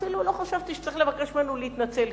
אפילו לא חשבתי שצריך לבקש ממנו להתנצל,